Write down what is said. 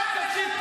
אדוני היושב-ראש.